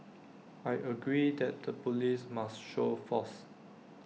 I agree that the Police must show force